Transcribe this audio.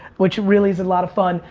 which really is a lot of fun.